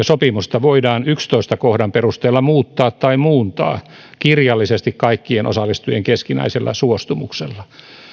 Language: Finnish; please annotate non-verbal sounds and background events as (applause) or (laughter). (unintelligible) sopimusta voidaan yhdennentoista kohdan perusteella muuttaa tai muuntaa kirjallisesti kaikkien osallistujien keskinäisellä suostumuksella